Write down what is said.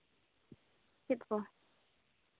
ᱪᱮᱫ ᱠᱚ